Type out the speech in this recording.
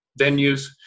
venues